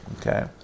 okay